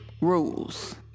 Rules